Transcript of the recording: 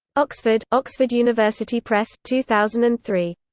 oxford oxford university press, two thousand and three.